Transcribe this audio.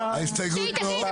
ההסתייגות לא התקבלה.